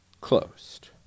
closed